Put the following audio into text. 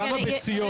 כמה ביציות?